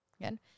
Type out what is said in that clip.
again